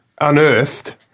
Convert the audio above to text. unearthed